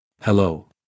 Hello